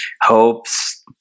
hopes